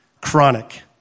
Chronic